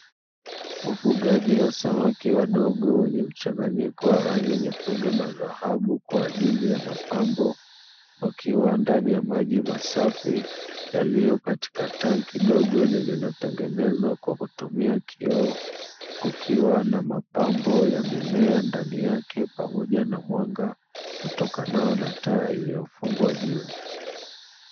Ufugaji wa samaki wadogo wenye mchanganyiko wa rangi nyekundu na dhahabu kwa ajili ya mapambo, wakiwa ndani ya maji masafi yaliyo katika tanki dogo lililotengenezwa kwa kutumia kioo, kukiwa na mapambo ya mimea ndani yake pamoja na mwanga hutokanao na taa iliyofungwa juu.